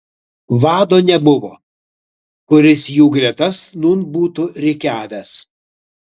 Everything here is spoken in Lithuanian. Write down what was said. vado nebuvo kuris jų gretas nūn būtų rikiavęs